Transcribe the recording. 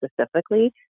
specifically